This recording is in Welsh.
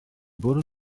bwrw